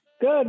Good